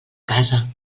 casa